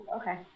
Okay